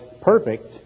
perfect